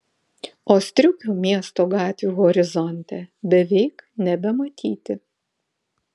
o striukių miesto gatvių horizonte beveik nebematyti